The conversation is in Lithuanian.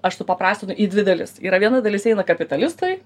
aš supaprastinu į dvi dalis yra viena dalis eina kapitalistui